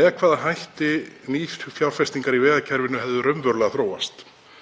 með hvaða hætti nýfjárfestingar í vegakerfinu hefðu raunverulega þróast.